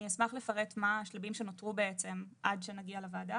אני אשמח לפרט מה השלבים שנותרו עד שנגיע לוועדה,